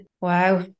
Wow